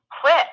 quit